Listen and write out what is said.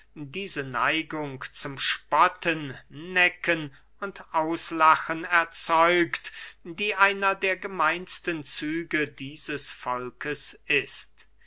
diese neigung zum spotten necken und auslachen erzeugt die einer der gemeinsten züge dieses volkes ist